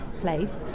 place